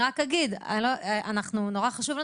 אני רק אגיד: נורא חשוב לנו,